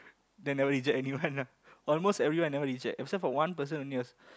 then never reject anyone nah almost everyone I never reject except for one person only was